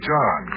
John